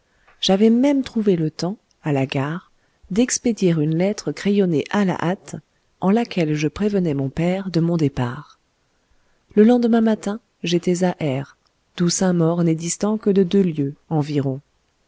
j'avais même trouvé le temps à la gare d'expédier une lettre crayonnée à la hâte en laquelle je prévenais mon père de mon départ le lendemain matin j'étais à r d'où saint-maur n'est distant que de deux lieues environ